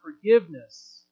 forgiveness